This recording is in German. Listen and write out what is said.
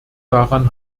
daran